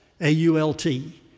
A-U-L-T